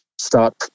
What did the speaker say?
start